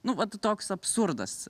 nu vat toks absurdas